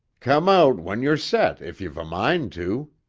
come out when you're set if you've a mind to.